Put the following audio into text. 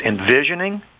envisioning